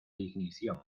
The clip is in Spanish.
ignición